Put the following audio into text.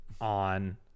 on